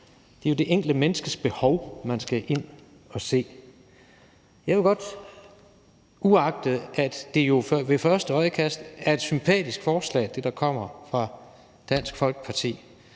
Det er jo det enkelte menneskes behov, man skal ind at se. Uagtet at det jo ved første øjekast er et sympatisk forslag, der kommer fra Dansk Folkeparti,